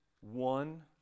one